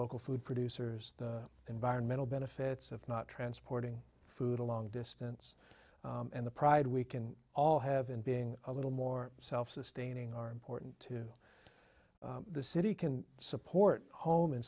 local food producers the environmental benefits of not transporting food a long distance and the pride we can all have in being a little more self sustaining are important to the city can support home